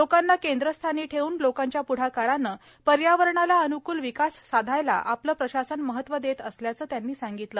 लोकांना केंद्रस्थानी ठेवून लोकांच्या पुढाकारानं पर्यावरणाला अन्कूल विकास साधायला आपलं प्रशासन महत्व देत असल्याचे त्यांनी संगितले